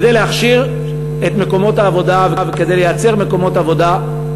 כדי להכשיר את מקומות העבודה וכדי לייצר מקומות עבודה,